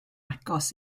agos